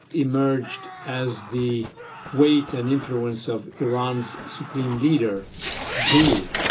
emerged as the weight and influence of iran's supreme leader grew.